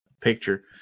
picture